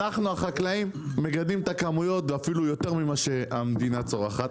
אנחנו החקלאים מגדלים את הכמויות ואפילו יותר ממה שהמדינה צורכת,